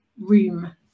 room